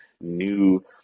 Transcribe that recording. new